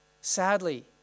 Sadly